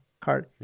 card